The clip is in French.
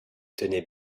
tenaient